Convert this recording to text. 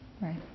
Right